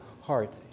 heart